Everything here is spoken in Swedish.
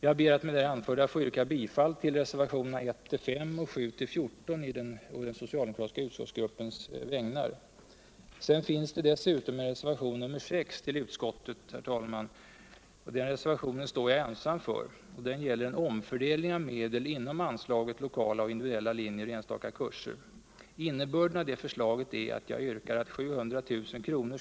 Jag ber att med det anförda få yrka bifall till reservationerna 1-5 och 7-14 på den socialdemokratiska utskottsgruppens vägnar. Det finns dessutom en reservation nr 6 till utskottets betänkande, och den reservationen står jag ensam för. Den gäller en omfördelning av medel inom anslaget Lokala och individuella linjer och enstaka kurser. Innebörden av det förstaget är, att jag yrkar att 700 000 kr.